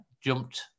jumped